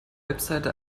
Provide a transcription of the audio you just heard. website